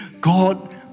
God